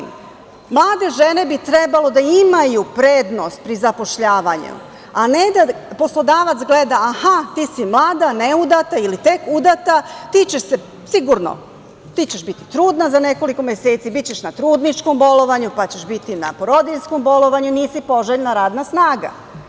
Mlade žene bi trebalo da imaju prednost pri zapošljavanju, a ne da poslodavac gleda, aha, ti si mlada, neudata ili tek udata, ti ćeš biti trudna za nekoliko meseci, bićeš na trudničkom bolovanju, pa ćeš biti na porodiljskom bolovanju, nisi poželjna radna snaga.